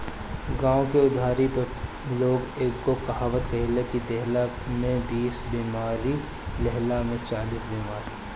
गांव में उधारी पे लोग एगो कहावत कहेला कि देहला में बीस बेमारी, लेहला में चालीस बेमारी